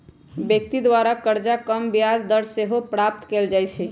व्यक्ति द्वारा करजा कम ब्याज दर पर सेहो प्राप्त कएल जा सकइ छै